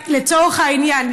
לצורך העניין,